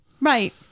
Right